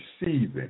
receiving